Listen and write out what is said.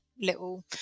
little